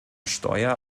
steuer